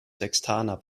sextaner